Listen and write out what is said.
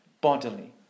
bodily